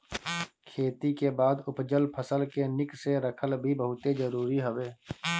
खेती के बाद उपजल फसल के निक से रखल भी बहुते जरुरी हवे